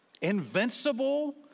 invincible